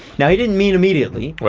now he didn't mean immediately. yeah.